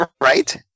right